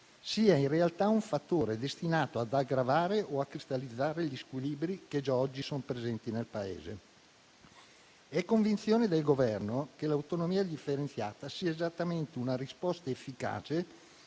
sia in realtà un fattore destinato ad aggravare o a cristallizzare gli squilibri già oggi presenti nel Paese. È convinzione del Governo che l'autonomia differenziata sia esattamente una risposta efficace